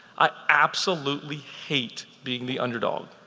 i absolutely hate being the underdog.